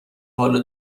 حالو